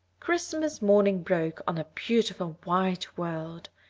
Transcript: christmas morning broke on a beautiful white world.